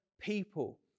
people